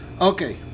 Okay